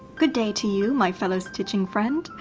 good day to you, my fellow stitching friend.